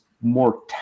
more